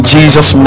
Jesus